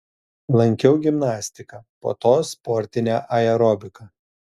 lankiau gimnastiką po to sportinę aerobiką